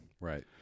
Right